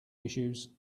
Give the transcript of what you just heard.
issues